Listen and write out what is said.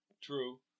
True